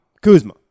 Kuzma